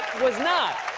was not,